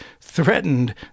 threatened